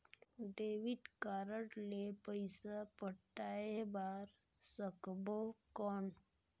Debit card ले पइसा पटाय बार सकबो कौन?